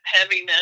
heaviness